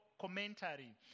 commentary